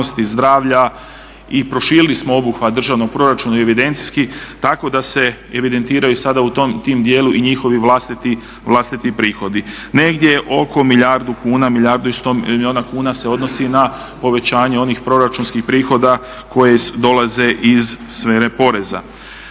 zdravlja i proširili smo obuhvat državnog proračuna i evidencijski tako da se evidentiraju sada u tom dijelu i njihovi vlastiti prihodi. Negdje oko milijardu kuna, milijardu i 100 milijuna kuna se odnosi na povećanje onih proračunskih prihoda koje dolaze iz sfere poreza.